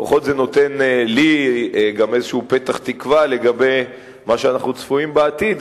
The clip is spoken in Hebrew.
לפחות לי זה נותן איזשהו פתח תקווה לגבי מה שאנחנו צפויים לו בעתיד,